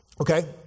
okay